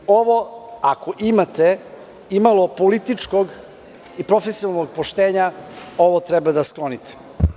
Ako imate imalo političkog i profesionalnog poštenja ovo treba da sklonite.